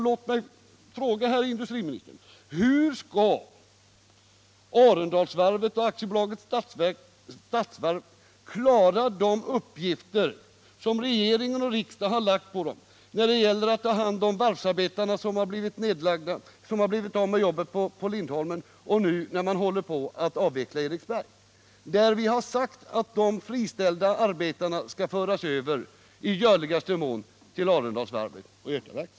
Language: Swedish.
Låt mig fråga herr industriministern: Hur skall Arendalsvarvet och Svenska Varv AB klara de av regering och riksdag dem ålagda uppgifterna att ta hand om de varvsarbetare som blivit av med sina jobb på Lindholmens Varv och nu i samband med avvecklandet av Eriksbergsvarvet? Vi har ju sagt att de friställda arbetarna i görligaste mån skall föras över till Arendalsvarvet och Götaverken.